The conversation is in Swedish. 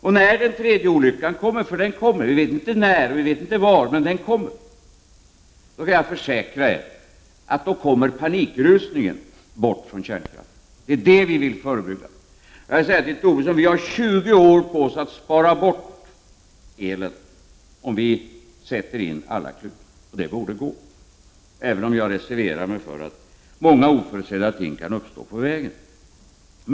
Och när den tredje olyckan kommer — vi vet inte när och var, men den kommer — kan jag försäkra er att det kommer en panikrusning bort från kärnkraften. Det är det som vi vill förebygga. Vi har 20 år på oss att spara bort elen, om vi sätter till alla klutar, och det borde gå, även om jag reserverar mig för att många oförutsedda händelser kan inträffa på vägen.